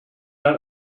not